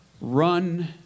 run